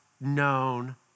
known